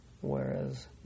whereas